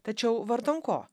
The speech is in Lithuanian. tačiau vardan ko